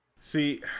See